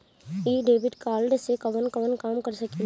इ debit card से कवन कवन काम कर सकिला?